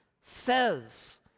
says